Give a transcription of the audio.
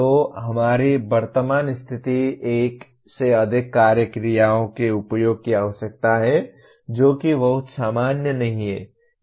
तो हमारी वर्तमान स्थिति एक से अधिक कार्य क्रियाओं के उपयोग की आवश्यकता है जो कि बहुत सामान्य नहीं है